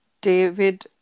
David